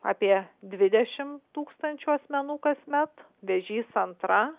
apie dvidešimt tūkstančių asmenų kasmet vėžys antra